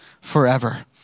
forever